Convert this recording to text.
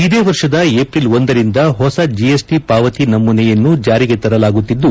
ಇದೇ ವರ್ಷದ ಏಪ್ರಿಲ್ ಒಂದರಿಂದ ಹೊಸ ಜಿಎಸ್ಟ ಪಾವತಿ ನಮೂನೆಯನ್ನು ಜಾರಿಗೆ ತರಲಾಗುತ್ತಿದ್ದು